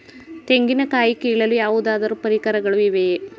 ತೆಂಗಿನ ಕಾಯಿ ಕೀಳಲು ಯಾವುದಾದರು ಪರಿಕರಗಳು ಇವೆಯೇ?